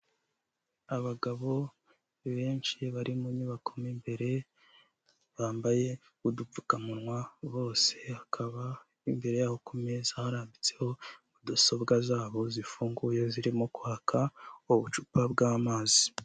Abagabo benshi bari munyubako mu imbere, bambaye udupfukamunwa bose, hakaba imbere yaho ku meza harambitseho mudasobwa zabo zifunguye zirimo kwaka n'ubucupa bw'amazi.